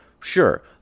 Sure